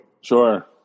Sure